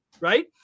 right